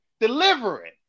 delivering